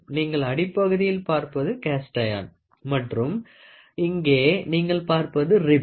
நீங்கள் அடிப்பகுதியில் பார்ப்பது கேஸ்ட் அயன் மற்றும் இங்கே நீங்கள் பார்ப்பது ரிப்ஸ்